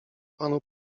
panu